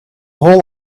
whole